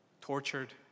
tortured